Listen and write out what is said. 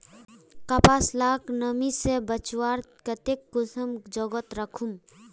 कपास लाक नमी से बचवार केते कुंसम जोगोत राखुम?